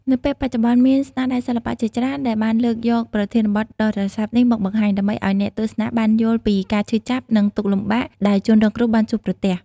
នៅពេលបច្ចុប្បន្នមានស្នាដៃសិល្បៈជាច្រើនដែលបានលើកយកប្រធានបទដ៏រសើបនេះមកបង្ហាញ ដើម្បីឲ្យអ្នកទស្សនាបានយល់ពីការឈឺចាប់ និងទុក្ខលំបាកដែលជនរងគ្រោះបានជួបប្រទះ។